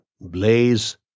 Blaze